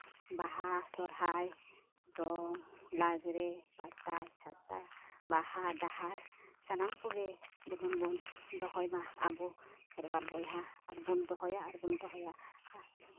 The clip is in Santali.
ᱵᱟᱦᱟ ᱥᱚᱦᱨᱟᱭ ᱫᱚᱝ ᱞᱟᱸᱜᱽᱲᱮ ᱯᱟᱛᱟ ᱪᱷᱟᱛᱟ ᱵᱟᱦᱟ ᱰᱟᱦᱟᱨ ᱥᱟᱱᱟᱢ ᱠᱚᱜᱮ ᱡᱮᱢᱚᱱ ᱵᱚᱱ ᱫᱚᱦᱚᱭ ᱢᱟ ᱟᱵᱚ ᱠᱷᱮᱨᱣᱟᱞ ᱵᱚᱭᱦᱟ ᱟᱨᱵᱚᱱ ᱫᱚᱦᱚᱭᱟ ᱟᱨᱵᱚᱱ ᱫᱚᱦᱚᱭᱟ